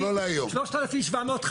--- 3,700.